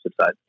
side